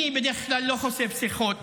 אני בדרך כלל לא חושף שיחות